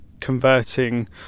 Converting